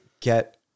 get